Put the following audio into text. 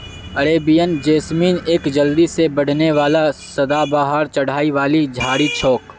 Arabian jasmine एक जल्दी से बढ़ने वाला सदाबहार चढ़ाई वाली झाड़ी छोक